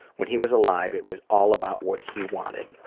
when he was alive, it was all about what he wanted.